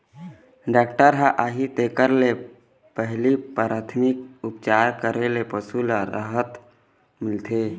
doctor ह आही तेखर ले पहिली पराथमिक उपचार करे ले पशु ल राहत मिलथे